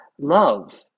Love